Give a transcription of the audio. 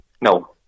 No